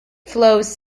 flows